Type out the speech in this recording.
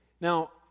Now